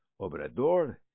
obrador